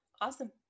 awesome